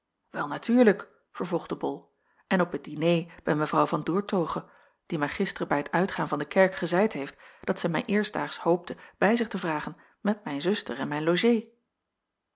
wel natuurlijk vervolgde bol en op het diner bij mevrouw van doertoghe die mij gisteren bij t uitgaan van de kerk gezeid heeft dat zij mij eerstdaags hoopte bij zich te vragen met mijn zuster en mijn logée